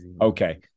Okay